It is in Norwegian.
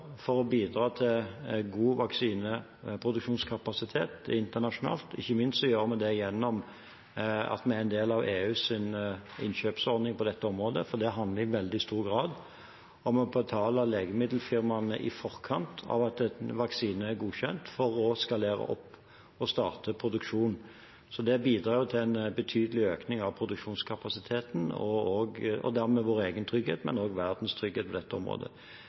for å bidra til god vaksineproduksjonskapasitet internasjonalt. Ikke minst gjør vi det gjennom at vi er en del av EUs innkjøpsordning på dette området, for det handler i veldig stor grad om å betale legemiddelfirmaene i forkant av at en vaksine er godkjent, for å skalere opp og starte produksjonen. Så det bidrar til en betydelig økning av produksjonskapasiteten og dermed vår egen trygghet, men også verdens trygghet på dette området.